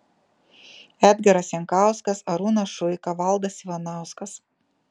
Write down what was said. edgaras jankauskas arūnas šuika valdas ivanauskas